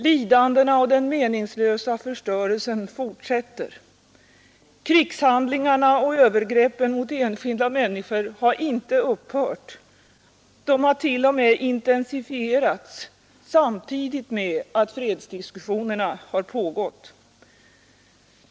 Lidandena och den meningslösa förstörelsen fortsätter. Krigshandlingarna och övergreppen mot enskilda människor har inte upphört — de har t.o.m. intensifierats samtidigt med att fredsdiskussionerna har pågått.